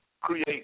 create